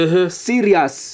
Serious